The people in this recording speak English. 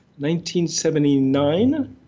1979